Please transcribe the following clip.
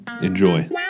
Enjoy